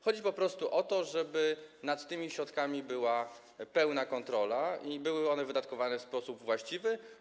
Chodzi po prostu o to, żeby nad tymi środkami była pełna kontrola i żeby były one wydatkowane w sposób właściwy.